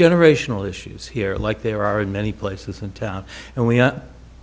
generational issues here like there are in many places in town and we